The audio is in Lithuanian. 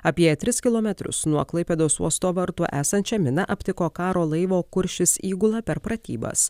apie tris kilometrus nuo klaipėdos uosto vartų esančią miną aptiko karo laivo kuršis įgula per pratybas